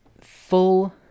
full